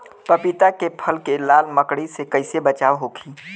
पपीता के फल के लाल मकड़ी से कइसे बचाव होखि?